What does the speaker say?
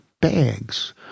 bags